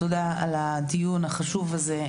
תודה על הדיון החשוב הזה.